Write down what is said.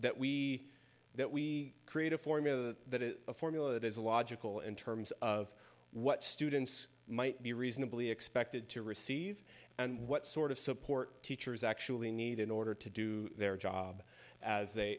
that we that we create a formula that is a formula that is a logical in terms of what students might be reasonably expected to receive and what sort of support teachers actually need in order to do their job as